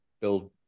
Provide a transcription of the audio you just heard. build